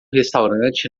restaurante